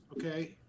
Okay